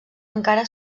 encara